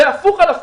בהפוך על הפוך,